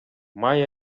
май